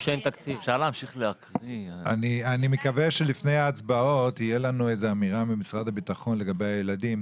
אני מקווה שלפני ההצבעות תהיה לנו אמירה ממשרד הביטחון לגבי הילדים.